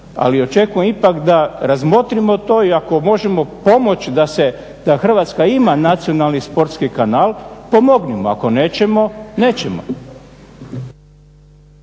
ali očekujem ipak da razmotrimo to i ako možemo pomoći da Hrvatska ima Nacionalni sportski kanal, pomognimo, ako nećemo, nećemo.